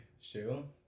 shoe